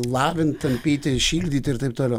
lavinti tampyti šildyti ir taip toliau